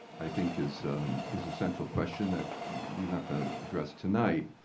i think is is a central question that we're not going to address tonight,